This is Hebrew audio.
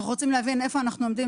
כשאנחנו מדברים על